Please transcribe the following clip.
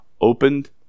Opened